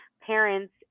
parents